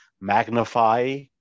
magnify